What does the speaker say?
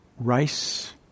rice